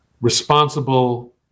responsible